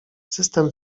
system